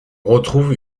retrouve